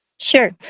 Sure